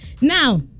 Now